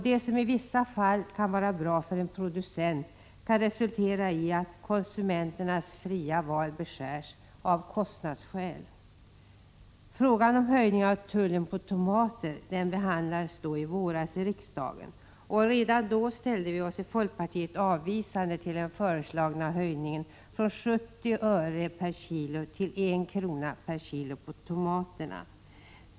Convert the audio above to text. Det som i vissa fall kan vara bra för en producent kan resultera i att konsumenternas fria val beskärs av kostnadsskäl. Frågan om höjning av tullen på tomater behandlades i våras av riksdagen. Redan då ställde vi oss i folkpartiet avvisande till den föreslagna höjningen från 70 öre per kilo till 1 kr. per kilo.